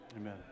Amen